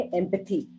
empathy